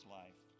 life